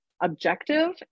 objective